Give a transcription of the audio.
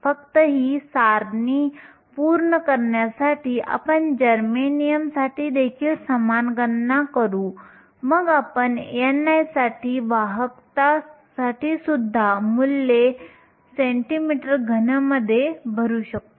फक्त ही सारणी पूर्ण करण्यासाठी आपण जर्मेनियमसाठी देखील समान गणना करू मग आपण ni साठी आणि वाहकतासाठीसुद्धा मूल्ये cm3 मध्ये भरू शकतो